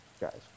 guys